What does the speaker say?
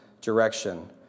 direction